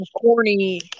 corny